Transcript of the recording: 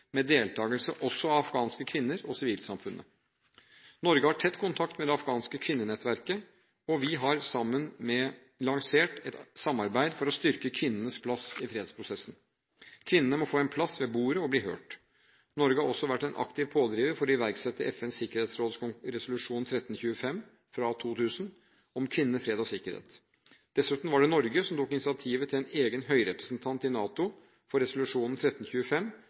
med deltakelse også av afghanske kvinner og sivilsamfunnet. Norge har tett kontakt med det afghanske kvinnenettverket, og vi har sammen lansert et samarbeid for å styrke kvinnenes plass i fredsprosessen. Kvinnene må få en plass ved bordet og bli hørt. Norge har også vært en aktiv pådriver for å iverksette FNs sikkerhetsråds resolusjon 1325 fra 2000 om kvinner, fred og sikkerhet. Dessuten var det Norge som tok initiativet til en egen høyrepresentant i NATO for resolusjon 1325,